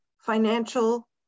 financial